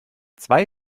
zwei